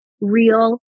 real